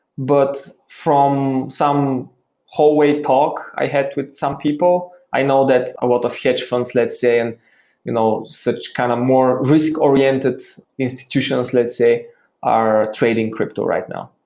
but from some hallway talk i had with some people, i know that a lot of hedge funds, let's say, and you know a kind of more risk-oriented institutions let's say are trading crypto right now